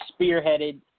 spearheaded